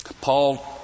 Paul